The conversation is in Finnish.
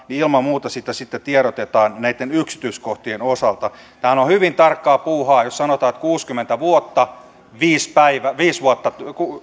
niin ilman muuta siitä sitten tiedotetaan näitten yksityiskohtien osalta tämähän on hyvin tarkkaa puuhaa jos sanotaan että on kuusikymmentä vuotta viisi vuotta